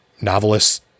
novelists